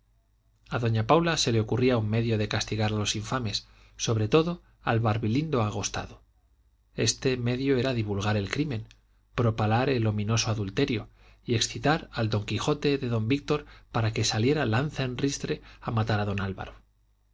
a doña paula se le ocurría un medio de castigar a los infames sobre todo al barbilindo agostado este medio era divulgar el crimen propalar el ominoso adulterio y excitar al don quijote de don víctor para que saliera lanza en ristre a matar a don álvaro